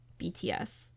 BTS